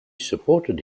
supported